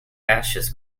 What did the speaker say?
ashes